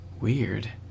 Weird